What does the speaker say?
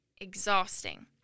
exhausting